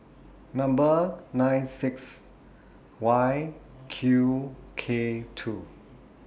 Number nine six Y Q K two